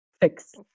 Fix